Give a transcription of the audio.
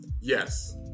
Yes